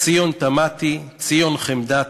"ציון תמתי, ציון חמדתי,